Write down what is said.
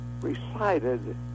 recited